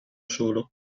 solo